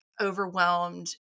overwhelmed